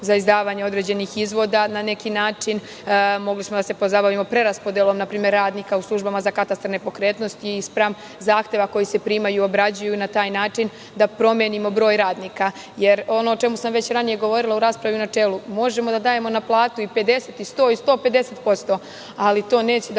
za izdavanje određenih izvoda. Na neki način mogli smo da se pozabavimo preraspodelom npr. radnika u službama za katastar nepokretnosti i spram zahteva koji se primaju i obrađuju na taj način da promenimo broj radnika. Ono o čemu sam već ranije govorila u raspravi u načelu, možemo da dajemo na platu 50% i 100% i 150%, ali to neće da